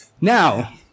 Now